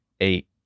eight